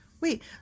Wait